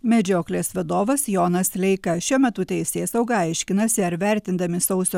medžioklės vadovas jonas leika šiuo metu teisėsauga aiškinasi ar vertindami sausio